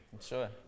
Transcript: Sure